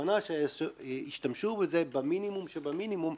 שהכוונה היא שישתמשו בזה במינימום שבמינימום,